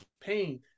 pain